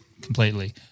completely